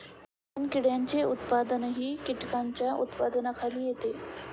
मेणकिड्यांचे उत्पादनही कीटकांच्या उत्पादनाखाली येते